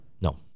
No